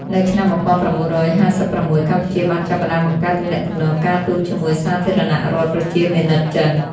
នៅឆ្នាំ ១៩៥៦ កម្ពុជាបានចាប់ផ្តើមបង្កើតទំនាក់ទំនងការទូតជាមួយសាធារណរដ្ឋប្រជាមានិតចិន។